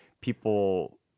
people